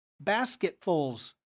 basketfuls